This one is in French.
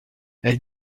elle